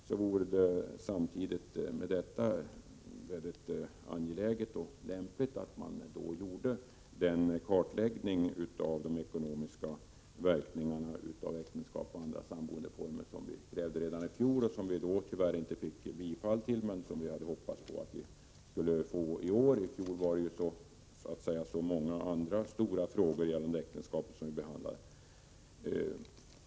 Därför är det angeläget och lämpligt att nu göra den kartläggning av äktenskapets och andra samboendeformers ekonomiska rättsverkningar som vi krävde redan i fjol. Vi lyckades då inte få bifall till detta krav men hade hoppats att vi skulle få det i år —i fjol hade vi att behandla så många andra stora frågor som gäller äktenskapet.